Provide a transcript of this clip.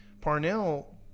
Parnell